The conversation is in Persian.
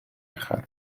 ختم